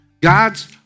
God's